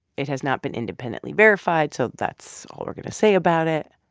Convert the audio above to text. it has not been independently verified so that's all we're going to say about it.